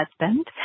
husband